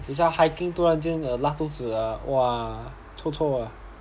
等下 hiking 突然间 err 拉肚子啊哇臭臭啊